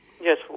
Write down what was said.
Yes